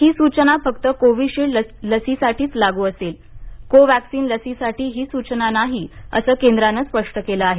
ही सूचना फक्त कोविशील्ड लसीसाठीच लागू असेल कोवॅक्सीन लसीसाठी ही सूचना नाही असं केंद्रानं स्पष्ट केलं आहे